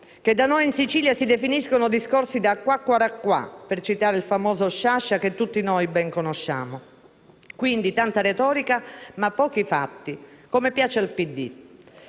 che dai noi in Sicilia si definiscono discorsi da «quaquaraquà», per citare il famoso Sciascia, che tutti noi ben conosciamo. Quindi tanta retorica ma pochi fatti, come piace al PD.